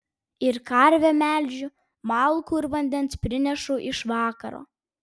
ir karvę melžiu malkų ir vandens prinešu iš vakaro